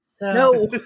No